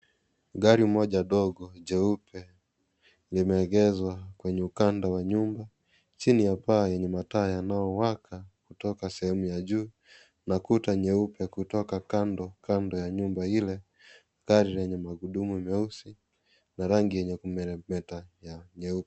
Gari moja ndogo jeupe limeegezwa kwenye ukando wa nyumba chini ya paa yenye mataa yanayowaka kutoka sehemu ya juu, na kuta nyeupe kutoka kando ya nyumba ile. Gari lenye magurudumu nyeusi na rangi yenye kumeremeta nyeupe.